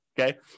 Okay